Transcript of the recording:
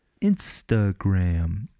Instagram